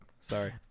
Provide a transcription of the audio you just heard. Sorry